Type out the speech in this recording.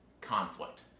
conflict